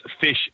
fish